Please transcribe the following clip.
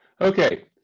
Okay